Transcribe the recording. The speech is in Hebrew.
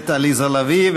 הכנסת עליזה לביא.